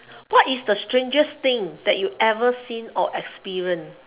what is the strangest thing that you ever seen or experience